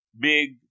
big